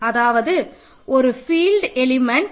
அதாவது ஒரு field element